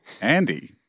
Andy